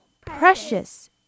precious